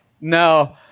no